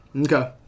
Okay